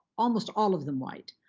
almost all of them white,